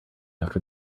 after